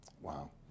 Wow